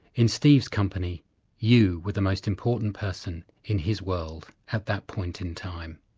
in steve's company you were the most important person in his world at that point in time.